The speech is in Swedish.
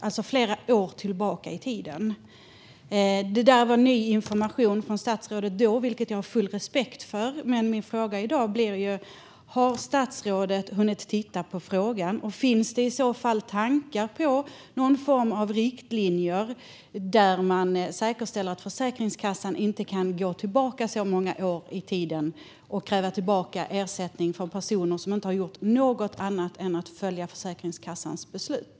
Det där var ny information för statsrådet, vilket jag har full respekt för. Min fråga i dag gäller därför om statsrådet har hunnit titta på detta. Finns det i så fall några tankar om riktlinjer för att säkerställa att Försäkringskassan inte ska kunna gå tillbaka många år i tiden och återkräva ersättning från personer som inte har gjort något annat än att följa Försäkringskassans beslut?